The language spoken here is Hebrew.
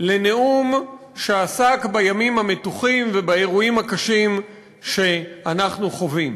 לנאום שעסק בימים המתוחים ובאירועים הקשים שאנחנו חווים.